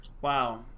Wow